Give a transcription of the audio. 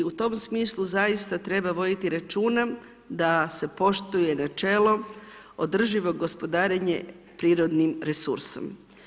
U tom smislu zaista treba voditi računa da se poštuje načelo održivog gospodarenje prirodnim resursom.